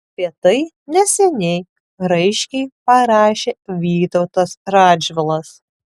apie tai neseniai raiškiai parašė vytautas radžvilas